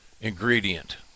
ingredient